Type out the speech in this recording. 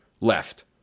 left